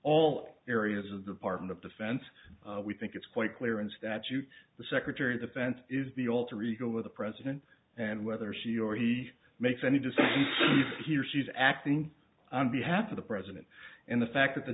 all areas of the department of defense we think it's quite clear in statute the secretary of defense is the alter ego with the president and whether she or he makes any decisions here she's acting on behalf of the president and the fact that the